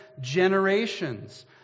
generations